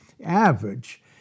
average